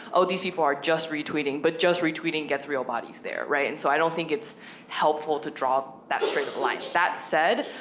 oh, these people are just retweeting, but just retweeting gets real bodies there, right? and so i don't think it's helpful to draw that strict line. like that said,